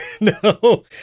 No